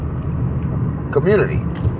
community